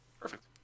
Perfect